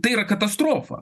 tai yra katastrofa